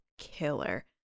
killer